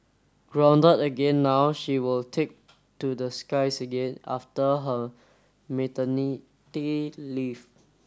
grounded again now she will take to the skies again after her maternity leave